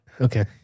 Okay